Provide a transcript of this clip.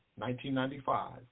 1995